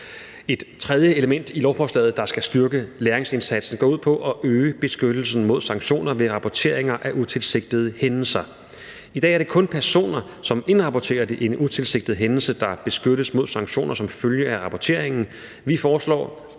Et tredje element i lovforslaget, der skal styrke læringsindsatsen, går ud på at øge beskyttelsen mod sanktioner ved rapporteringer af utilsigtede hændelser. I dag er det kun personer, som indrapporterer en utilsigtet hændelse, der beskyttes mod sanktioner som følge af rapporteringen. Vi foreslår,